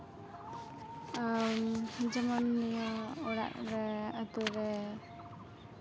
ᱡᱮᱢᱚᱱ ᱚᱲᱟᱜ ᱨᱮ ᱟᱹᱛᱩ ᱨᱮ